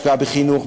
בהשקעה בחינוך,